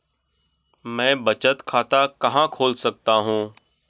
मैं बचत खाता कहां खोल सकता हूं?